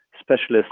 specialist